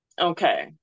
Okay